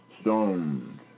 stone